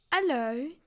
Hello